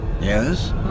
Yes